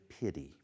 pity